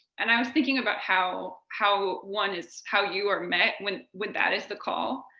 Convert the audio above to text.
and i was thinking about how how one is how you are met with with that is the call.